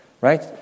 Right